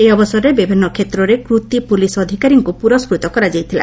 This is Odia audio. ଏହି ଅବସରରେ ବିଭିନ୍ନ କ୍ଷେତ୍ରରେ କୃତି ପୋଲିସ୍ ଅଧିକାରୀଙ୍କୁ ପୁରସ୍କୃତ କରାଯାଇଥିଲା